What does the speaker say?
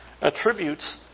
attributes